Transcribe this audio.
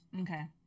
Okay